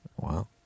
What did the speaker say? Wow